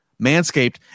Manscaped